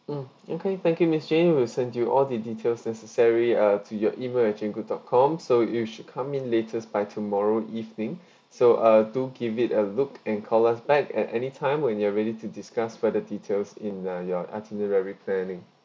mm okay thank you miss jane we'll send you all the details necessary uh to your email at jane good dot com so it'll should come in latest by tomorrow evening so uh do give it a look and call us back at anytime when you're ready to discuss further details in uh your itinerary planning